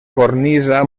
cornisa